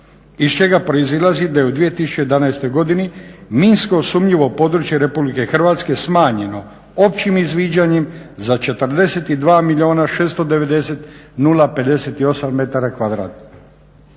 iz čega proizlazi da je u 2011. godini minsko sumnjivo područje Republike Hrvatske smanjeno općim izviđanjem za 42 milijuna 690 058 m2.